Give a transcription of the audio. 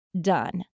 done